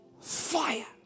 Fire